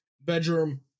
bedroom